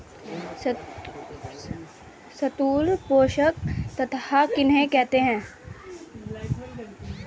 स्थूल पोषक तत्व किन्हें कहते हैं?